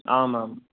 आमाम्